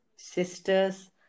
Sister's